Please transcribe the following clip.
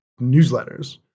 newsletters